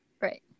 Right